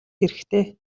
хэрэгтэй